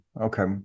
okay